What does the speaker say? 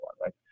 right